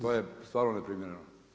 To je stvarno neprimjereno.